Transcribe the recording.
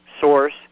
source